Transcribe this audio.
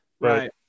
Right